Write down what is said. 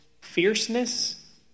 fierceness